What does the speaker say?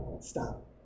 Stop